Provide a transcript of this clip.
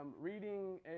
reading